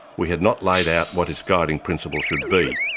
we had not laid out what its guiding principles should be.